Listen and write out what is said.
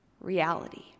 reality